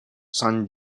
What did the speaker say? san